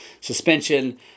suspension